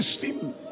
system